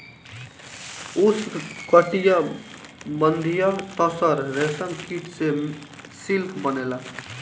उष्णकटिबंधीय तसर रेशम कीट से सिल्क बनेला